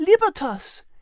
Libertas